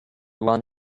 one